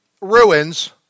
ruins